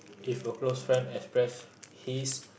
if your close friend express his